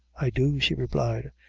i do, she replied.